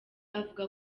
avuga